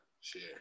Share